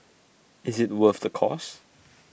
is IT worth the cost